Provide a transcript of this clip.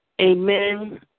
Amen